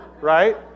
right